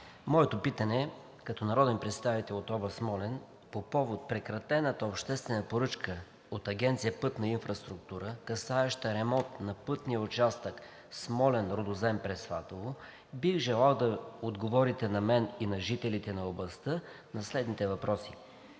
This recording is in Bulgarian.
моето питане като народен представител от област Смолян е по повод прекратената обществена поръчка от Агенция „Пътна инфраструктура“, касаеща ремонт на пътния участък Смолян – Рудозем през Фатово, бих желал да отговорите на мен и на жителите на областта на следните въпроси: